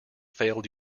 failed